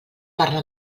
parla